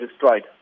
destroyed